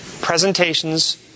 Presentations